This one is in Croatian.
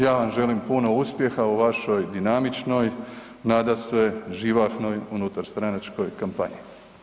Ja vam želim puno uspjeha u vašoj dinamičnoj nadasve živahnoj unutarstranačkoj kampanji.